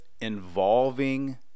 involving